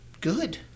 good